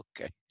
Okay